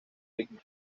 ritmo